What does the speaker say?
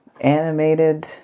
animated